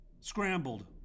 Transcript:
Scrambled